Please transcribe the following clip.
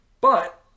But-